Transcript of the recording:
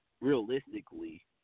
realistically